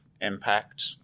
impact